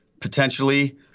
potentially